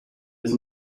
has